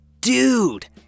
Dude